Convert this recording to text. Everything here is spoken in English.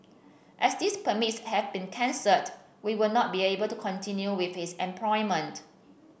as these permits have been cancelled we would not be able to continue with his employment